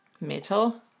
metal